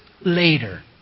later